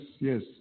yes